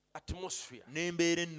atmosphere